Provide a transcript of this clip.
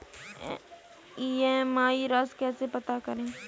EMI राशि कैसे पता करें?